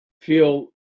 feel